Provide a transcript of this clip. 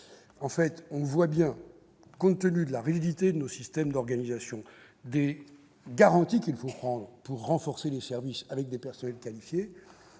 ». Or, on le voit bien, du fait de la rigidité de nos systèmes d'organisation, du fait des garanties qu'il faut prendre pour renforcer les services avec des personnels qualifiés,